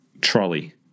trolley